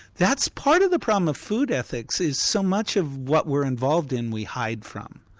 that's part of the problem of food ethics, is so much of what we're involved in we hide from.